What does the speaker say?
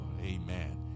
Amen